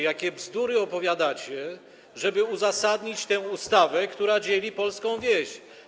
Jakie bzdury opowiadacie, żeby uzasadnić tę ustawę, która dzieli polską wieś?